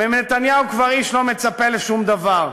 מנתניהו כבר איש לא מצפה לשום דבר.